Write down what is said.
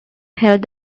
held